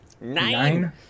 nine